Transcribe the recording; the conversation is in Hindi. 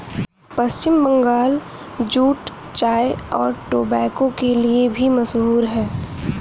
पश्चिम बंगाल जूट चाय और टोबैको के लिए भी मशहूर है